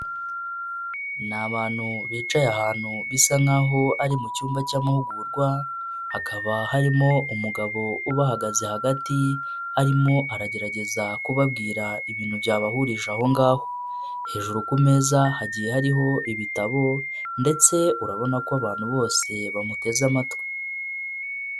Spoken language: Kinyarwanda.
Ni abantu bicaye ahantu bisa nkaho ari mu cyumba cy'amahugurwa, hakaba harimo umugabo ubahagaze hagati arimo aragerageza kubabwira ibintu byabahurije aho ngaho, hejuru ku meza hagiye hariho ibitabo ndetse urabona ko abantu bose bamuteze amatwi.